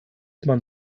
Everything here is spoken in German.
man